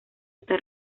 está